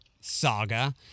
saga